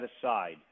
aside